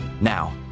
Now